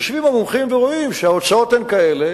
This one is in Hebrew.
יושבים המומחים ורואים שההוצאות הן כאלה